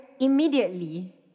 immediately